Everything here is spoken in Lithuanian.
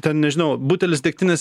ten nežinau butelis degtinės